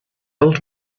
old